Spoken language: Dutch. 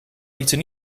lieten